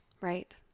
Right